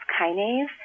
kinase